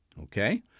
okay